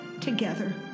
together